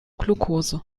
glukose